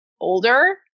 older